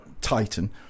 titan